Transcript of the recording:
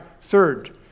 third